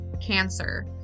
cancer